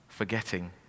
forgetting